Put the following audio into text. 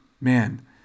man